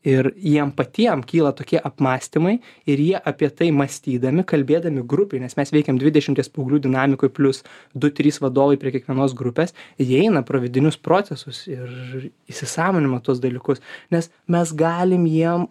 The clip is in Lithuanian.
ir jiem patiem kyla tokie apmąstymai ir jie apie tai mąstydami kalbėdami grupėmis mes veikiam dvidešimties paauglių dinamikoj plius du trys vadovai prie kiekvienos grupės jie eina pro vidinius procesus ir įsisąmonina tuos dalykus nes mes galim jiem